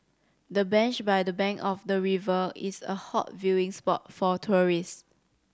the bench by the bank of the river is a hot viewing spot for tourists